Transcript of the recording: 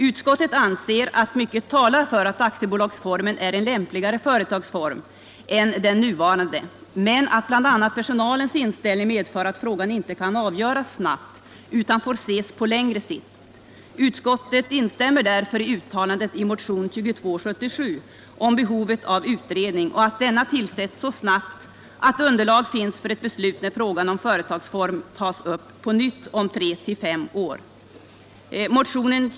Utskottet anser att mycket talar för att aktiebolagsformen är en lämpligare företagsform än den nuvarande, men att bl.a. personalens inställning medför att frågan inte kan avgöras snabbt utan får ses på längre sikt. Utskottet instämmer därför i uttalandet i motionen 2277 om behovet av utredning och att denna tillsättes så snabbt att underlag finns för ett beslut när frågan om företagsform tas upp på nytt om tre till fem år.